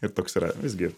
ir toks yra visgi